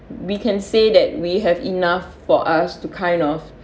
we can say that we have enough for us to kind of